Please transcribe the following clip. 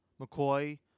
McCoy